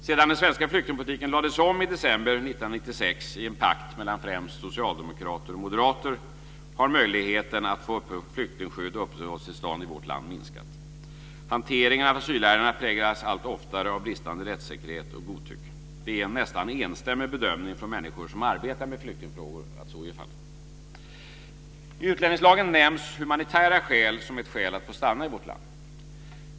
Sedan den svenska flyktingpolitiken lades om i december 1996 i en pakt mellan främst socialdemokrater och moderater har möjligheten att få flyktingskydd och uppehållstillstånd i vårt land minskat. Hanteringen av asylärendena präglas allt oftare av bristande rättssäkerhet och godtycke. Det är en nästan enstämmig bedömning från människor som arbetar med flyktingfrågor att så är fallet. I utlänningslagen nämns humanitära skäl som ett skäl att få stanna i vårt land.